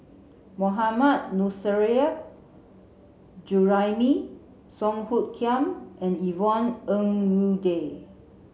Mohammad Nurrasyid Juraimi Song Hoot Kiam and Yvonne Ng Uhde